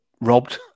robbed